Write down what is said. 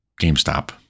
GameStop